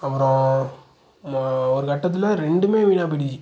அப்பறம் ஒரு கட்டத்தில் ரெண்டும் வீணாகப் போய்டுச்சி